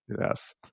yes